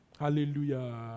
Hallelujah